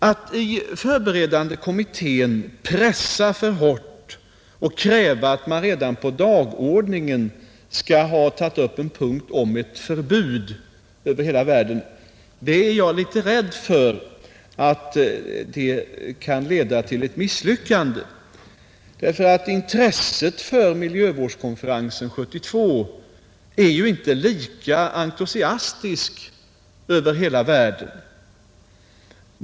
Att i förberedande kommittén fresta för hårt och kräva att det redan på dagordningen skall tas upp en punkt om ett förbud över hela världen fruktar jag kan leda till ett misslyckande, eftersom intresset för miljövårdskonferensen 1972 ju inte är lika entusiastiskt över hela världen.